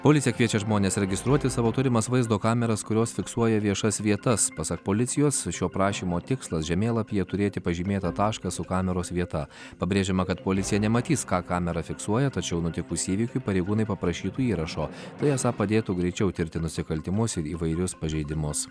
policija kviečia žmones registruoti savo turimas vaizdo kameras kurios fiksuoja viešas vietas pasak policijos šio prašymo tikslas žemėlapyje turėti pažymėtą tašką su kameros vieta pabrėžiama kad policija nematys ką kamera fiksuoja tačiau nutikus įvykiui pareigūnai paprašytų įrašo tai esą padėtų greičiau tirti nusikaltimus ir įvairius pažeidimus